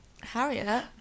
Harriet